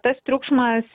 tas triukšmas